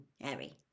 Harry